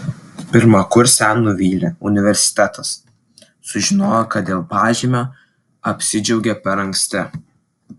pirmakursę nuvylė universitetas sužinojo kad dėl pažymio apsidžiaugė per anksti